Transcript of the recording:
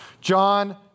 John